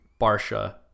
Barsha